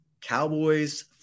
Cowboys